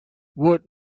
wood